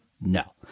no